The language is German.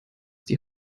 die